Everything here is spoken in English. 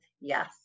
yes